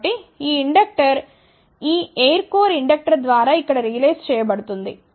కాబట్టి ఈ ఇండక్టర్ ఈ ఎయిర్ కోర్ ఇండక్టర్ ద్వారా ఇక్కడ రియలైజ్ చేయబడుతుంది